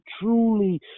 truly